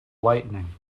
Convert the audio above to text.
lightning